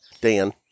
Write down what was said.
Dan